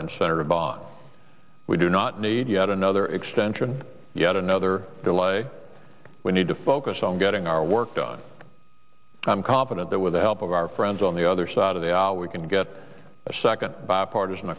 bond we do not need yet another extension yet another delay we need to focus on getting our work done i'm confident that with the help of our friends on the other side of the aisle we can get a second bipartisan